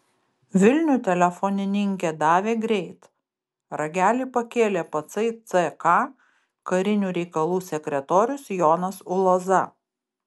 vilnių telefonininkė davė greit ragelį pakėlė patsai ck karinių reikalų sekretorius jonas uloza